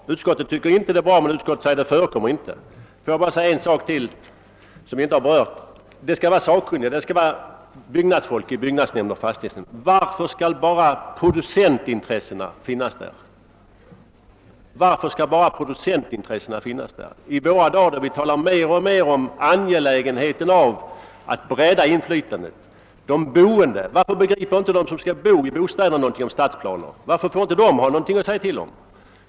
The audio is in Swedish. Det tycker inte utskottet, men utskottet anser att något sådant inte förekommer. Det skall sitta sakkunnigt folk i byggnadsnämnder och fastighetsnämnder. Men varför skall bara producentintressena vara representerade? I våra dagar talar vi mer och mer om angelägenheten av att bredda inflytandet. Varför begriper de som skall bo i bostäderna inte någonting om stadsplaner och varför får de inte någonting att säga till om”?